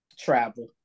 Travel